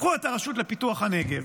קחו את הרשות לפיתוח הנגב.